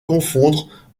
confondre